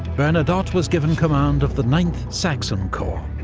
bernadotte was given command of the ninth saxon corps.